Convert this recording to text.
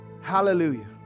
Hallelujah